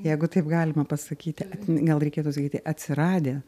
jeigu taip galima pasakyti gal reikėtų sakyti atsiradę